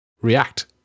react